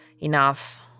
enough